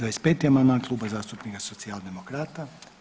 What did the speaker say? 25. amandman Kluba zastupnika Socijaldemokrata.